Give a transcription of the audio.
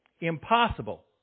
impossible